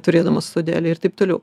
turėdamas sodelį ir taip toliau